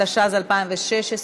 התשע"ז 2016,